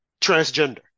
transgender